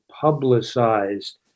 publicized